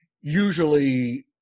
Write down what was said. usually